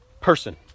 person